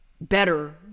better